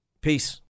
Peace